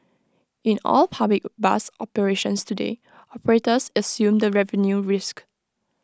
in all public bus operations today operators assume the revenue risk